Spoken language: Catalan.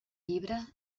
llibre